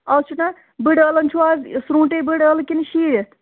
اَز چھُنا بُڈٕ عٲلن چھُو اَز سرٛوٗنٛٹٕے بُڈٕ عٲلہٕ کِنہٕ شیٖرِتھ